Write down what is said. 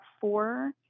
four